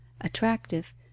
attractive